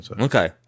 Okay